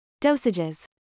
Dosages